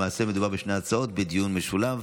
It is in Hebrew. התשפ"ג 2024. למעשה מדובר בשתי הצעות בדיון משולב,